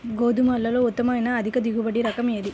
గోధుమలలో ఉత్తమమైన అధిక దిగుబడి రకం ఏది?